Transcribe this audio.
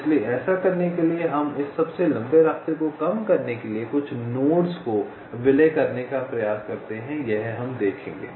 इसलिए ऐसा करने के लिए हम इस सबसे लंबे रास्ते को कम करने के लिए कुछ नोड्स को विलय करने का प्रयास करते हैं यह हम देखेंगे